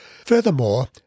Furthermore